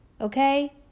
Okay